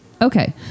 Okay